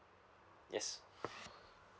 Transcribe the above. yes